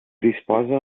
disposa